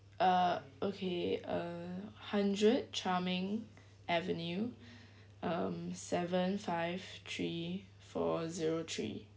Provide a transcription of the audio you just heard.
uh okay uh hundred charming avenue um seven five three four zero three